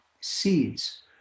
seeds